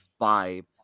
vibe